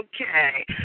Okay